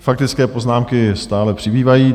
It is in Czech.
Faktické poznámky stále přibývají.